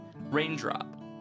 Raindrop